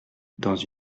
dans